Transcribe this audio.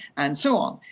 and so on.